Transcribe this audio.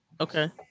Okay